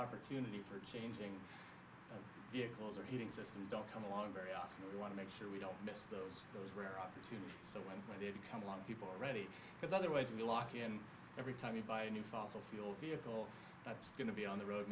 opportunity for changing vehicles or heating systems don't come along very often we want to make sure we don't miss those those rare opportunities to one where they become a lot of people already because otherwise we lock in every time we buy a new fossil fuel vehicle that's going to be on the road